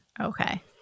okay